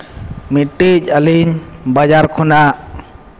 ᱢᱤᱫᱴᱟᱝ ᱟᱹᱞᱤᱧ ᱵᱟᱡᱟᱨ ᱠᱷᱚᱱᱟᱜ